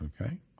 Okay